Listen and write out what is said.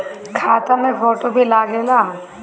खाता मे फोटो भी लागे ला?